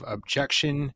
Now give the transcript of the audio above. Objection